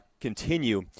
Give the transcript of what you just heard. continue